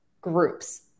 groups